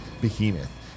behemoth